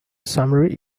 summary